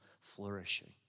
flourishing